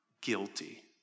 guilty